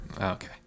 Okay